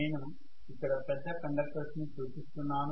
నేను ఇక్కడ పెద్ద కండెక్టర్స్ ని చూపిస్తున్నాను